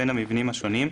בין המבנים השונים,